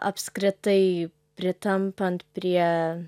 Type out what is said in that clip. apskritai pritampant prie